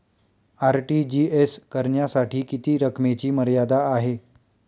RTGS करण्यासाठी किती रकमेची मर्यादा आहे?